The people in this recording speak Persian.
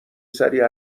سریع